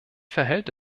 verhält